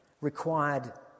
required